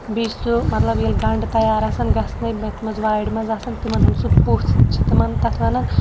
بیٚیہِ چھِ سُہ مطلب ییٚلہِ گَنٛڈٕ تیار آسان گژھنَے یَتھ منٛز وارِ منٛز آسان تِمَن ہُنٛد سُہ پُژھ چھِ تِمَن تَتھ وَنان